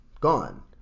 Gone